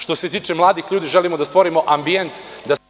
Što se tiče mladih ljudi, želimo da stvorimo ambijent…